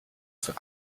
für